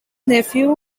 nephew